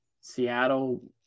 Seattle